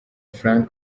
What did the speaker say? frank